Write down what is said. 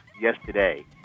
yesterday